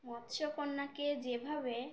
মৎস্যকন্যাকে যেভাবে